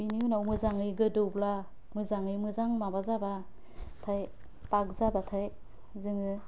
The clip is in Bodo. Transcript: बिनि उनाव मोजाङै गोदौब्ला मोजाङै मोजां माबा जाबाथाइ फाग जाबाथाय जोङो